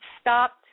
stopped